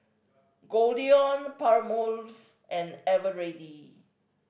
Goldlion Palmolive and Eveready